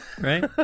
right